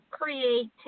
creativity